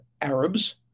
Arabs